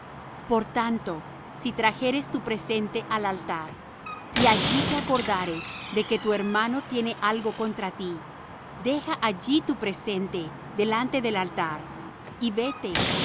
por tanto si trajeres tu presente al altar y allí te acordares de que tu hermano tiene algo contra ti deja allí tu presente delante del altar y vete